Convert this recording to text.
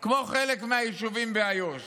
כמו חלק מהיישובים באיו"ש,